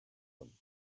them